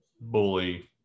bully